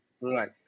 Right